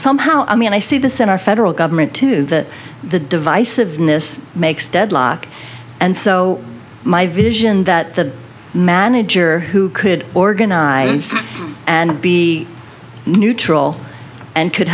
somehow i mean i see the center federal government to that the divisiveness makes deadlock and so my vision that the manager who could organize and be neutral and could